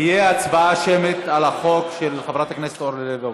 הצבעה שמית על החוק של חברת הכנסת אורלי לוי אבקסיס.